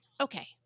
okay